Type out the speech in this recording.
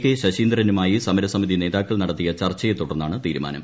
K ശശീന്ദ്രനുമായി സമരസമിതി നേതാ ക്കൾ നടത്തിയ ചർച്ചയെ തുടർന്നാണ് തീരുമാനം